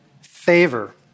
favor